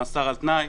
מאסר על תנאי.